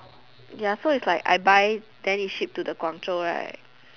ya so it's like I buy then it ship to the Guangzhou right